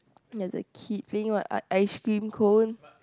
there is a kid doing what uh ice cream cone